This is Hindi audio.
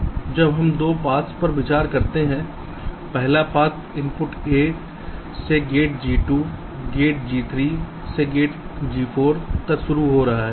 अब हम 2 पाथ्स पर विचार करते हैं पहला पाथ इनपुट a से गेट G2 गेट G3 से गेट G4 तक शुरू हो रहा है